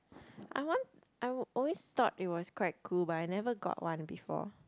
I want I always thought it was quite cool but I never got one before